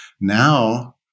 Now